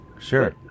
sure